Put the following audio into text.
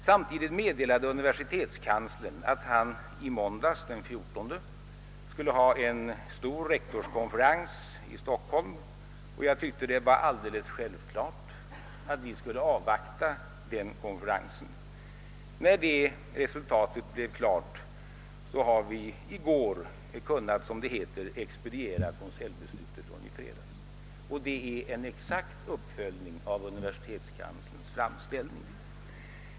Samtidigt meddelade universitetskanslern att han skulle ha en stor rektorskonferens i Stockholm måndagen den 14 november, och jag tyckte det var alldeles självklart att vi skulle avvakta den konferensen. Därefter har vi i går kunnat expediera konseljbeslutet från i fredags, och det innebär en exakt uppföljning av universitetskanslersämbetets framställning.